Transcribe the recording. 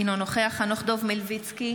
אינו נוכח חנוך דב מלביצקי,